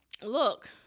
look